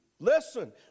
Listen